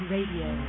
Radio